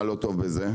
מה לא טוב בזה?